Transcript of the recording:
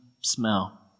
smell